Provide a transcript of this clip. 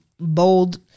bold